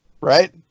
Right